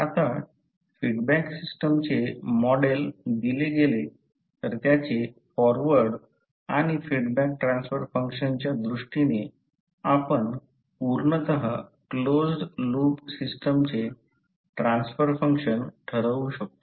आता फीडबॅक सिस्टमचे मॉडेल दिले गेले तर त्याचे फॉरवर्ड आणि फीडबॅक ट्रान्सफर फंक्शनच्या दृष्टीने आपण पूर्णतः क्लोज्ड लूप सिस्टमचे ट्रान्सफर फंक्शन ठरवू शकतो